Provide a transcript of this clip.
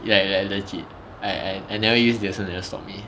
ya ya legit I I I never use they also never stop me